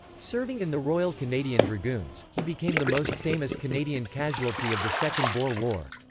serving in the royal canadian dragoons, he became the most famous canadian casualty of the second boer war.